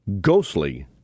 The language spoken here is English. Ghostly